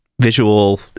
visual